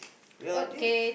wait I think